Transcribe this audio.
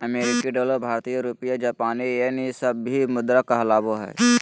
अमेरिकी डॉलर भारतीय रुपया जापानी येन ई सब भी मुद्रा कहलाबो हइ